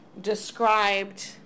described